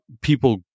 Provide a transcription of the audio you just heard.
people